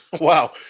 Wow